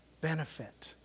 benefit